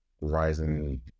rising